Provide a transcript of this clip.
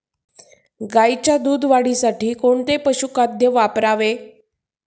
गाईच्या दूध वाढीसाठी कोणते पशुखाद्य वापरावे?